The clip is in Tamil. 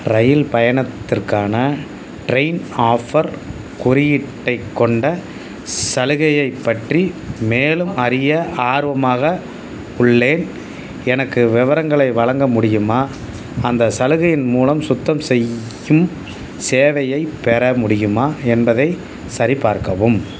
இரயில் பயணத்திற்கான ட்ரெயின் ஆஃபர் குறியீட்டைக் கொண்ட சலுகையைப் பற்றி மேலும் அறிய ஆர்வமாக உள்ளேன் எனக்கு விவரங்களை வழங்க முடியுமா அந்தச் சலுகையின் மூலம் சுத்தம் செய்யும் சேவையைப் பெற முடியுமா என்பதையும் சரிபார்க்கவும்